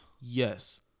Yes